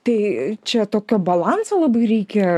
tai čia tokio balanso labai reikia